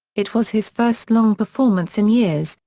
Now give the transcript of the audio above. it was his first long performance in years,